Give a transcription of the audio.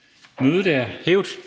Mødet er hævet.